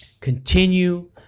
continue